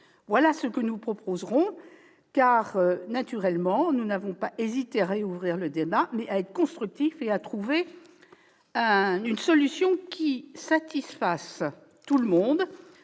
Voilà ce que nous proposerons. Vous le voyez, nous n'avons pas hésité à rouvrir le débat de manière constructive pour trouver une solution qui satisfasse tout le monde,